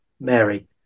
Mary